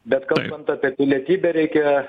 bet kalbant apie pilietybę reikia